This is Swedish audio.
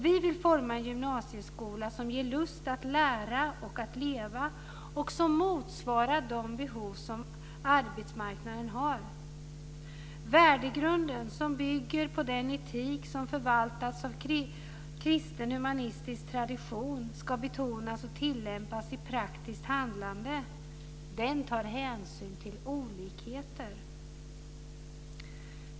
Vi vill forma en gymnasieskola som ger lust att lära och att leva och som motsvarar de behov som arbetsmarknaden har. Värdegrunden som bygger på den etik som förvaltas av kristen humanistisk tradition ska betonas och tillämpas i praktiskt handlande. Den tar hänsyn till olikheter.